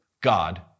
God